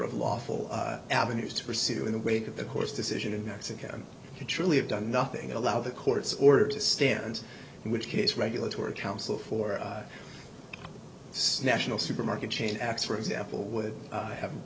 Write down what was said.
of lawful avenues to pursue in the wake of the court's decision in mexico you truly have done nothing allow the court's order to stand in which case regulatory council for national supermarket chain acts for example would have